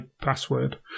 password